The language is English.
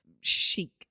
chic